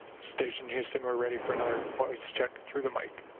station houston, we're ready for another voice check through the like